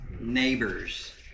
Neighbors